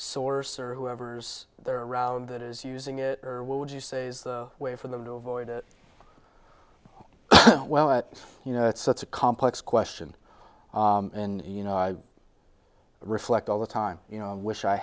source or whoever's there around that is using it or would you say a way for them to avoid it well but you know it's such a complex question and you know i reflect all the time you know wish i